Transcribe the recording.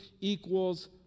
equals